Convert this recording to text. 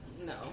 no